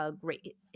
great